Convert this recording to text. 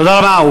תודה רבה.